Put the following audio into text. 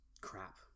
crap